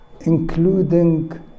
including